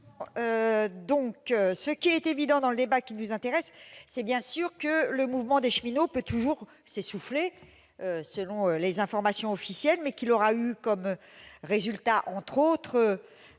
Ce qui est évident dans le débat qui nous intéresse, c'est, bien sûr, que le mouvement des cheminots peut toujours s'essouffler, à en croire les informations officielles, mais qu'il aura eu comme résultat, entre autres,